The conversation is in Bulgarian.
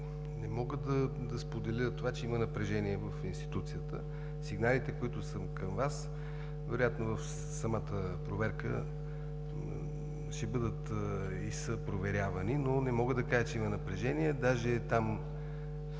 не мога да споделя това, че има напрежение в институцията. Сигналите, които са към Вас, вероятно са проверявани по време на самата проверка, но не мога да кажа, че има напрежение. Даже там